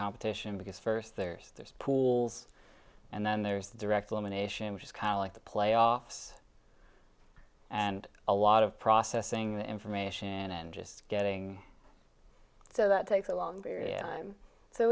competition because first there's the pools and then there's the direct elimination which is kind of like the playoffs and a lot of processing information and then just getting so that takes a long period of time so